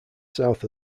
south